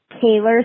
Taylor